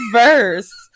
verse